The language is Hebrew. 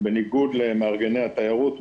בניגוד למארגני התיירות,